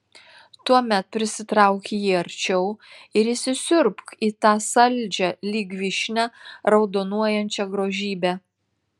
tuomet prisitrauk jį arčiau ir įsisiurbk į tą saldžią lyg vyšnia raudonuojančią grožybę